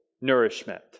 nourishment